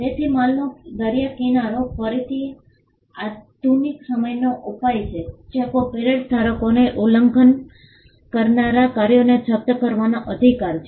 તેથી માલનો દરિયા કિનારો ફરીથી આધુનિક સમયનો ઉપાય છે જ્યાં કોપિરાઇટ ધારકને ઉલ્લંઘન કરનારા કાર્યોને જપ્ત કરવાનો અધિકાર છે